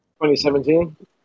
2017